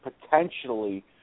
potentially